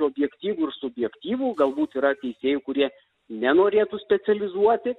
objektyvų ir subjektyvų galbūt yra teisėjų kurie nenorėtų specializuoti